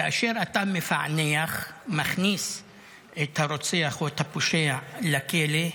כאשר אתה מפענח, מכניס את הרוצח או את הפושע לכלא,